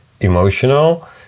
emotional